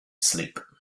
sleep